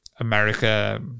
America